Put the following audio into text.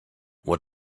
what